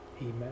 Amen